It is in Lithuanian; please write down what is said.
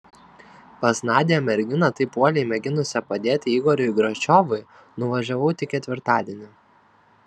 pas nadią merginą taip uoliai mėginusią padėti igoriui gračiovui nuvažiavau tik ketvirtadienį